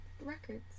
Records